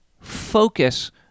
focus